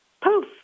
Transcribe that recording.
poof